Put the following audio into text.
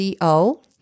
co